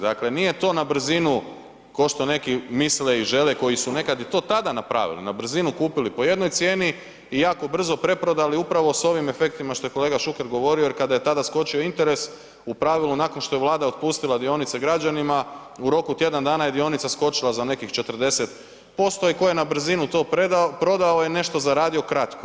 Dakle nije to na brzinu ko što neki misle i žele koji su nekad i to tada napravili, na brzinu kupili po jednoj cijeni i jako brzo preprodali upravo s ovim efektima što je kolega Šuker govorio jer kada je tada skočio interes u pravilu nakon što je Vlada otpustila dionice građanima u roku od tjedan dana je dionica skočila za nekih 40% i tko je na brzinu to prodao je nešto zaradio kratko.